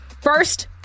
First